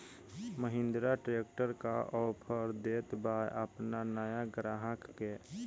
Mahindra tractor का offer देत बा अपना नया ग्राहक के?